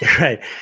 Right